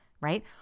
right